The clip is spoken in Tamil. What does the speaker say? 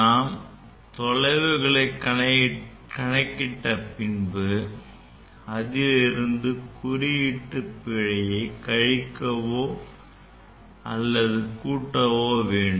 நம் தொலைவுகளை கணக்கிட்ட பின்பு அவற்றிலிருந்து குறியீட்டு பிழையை கழிக்கவோ அல்லது கூட்டாகவோ வேண்டும்